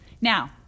Now